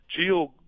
Gio